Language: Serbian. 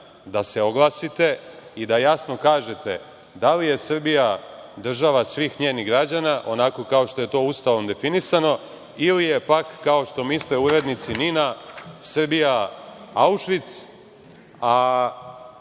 da se oglasite i da jasno kažete da li je Srbija država svih njenih građana onako kao što je to Ustavom definisano ili je pak, kao što misle urednici NIN-a, Srbija Aušvic, a